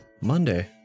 Monday